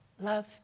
love